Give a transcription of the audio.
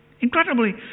incredibly